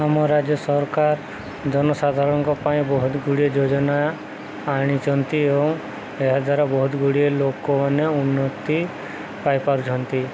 ଆମ ରାଜ୍ୟ ସରକାର ଜନସାଧାରଣଙ୍କ ପାଇଁ ବହୁତଗୁଡ଼ିଏ ଯୋଜନା ଆଣିଛନ୍ତି ଏବଂ ଏହାଦ୍ୱାରା ବହୁତଗୁଡ଼ିଏ ଲୋକମାନେ ଉନ୍ନତି ପାଇପାରୁଛନ୍ତି